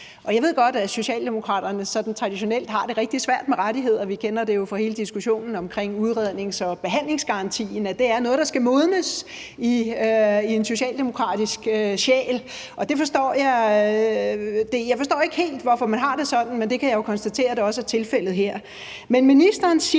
jeg ved godt, at Socialdemokraterne sådan traditionelt har det rigtig svært med rettigheder. Vi kender det jo fra hele diskussionen omkring udrednings- og behandlingsgarantien: Det er noget, der skal modnes i en socialdemokratisk sjæl. Jeg forstår ikke helt, hvorfor man har det sådan, men det kan jeg jo konstatere også er tilfældet her.